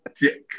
dick